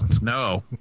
no